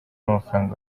n’amafaranga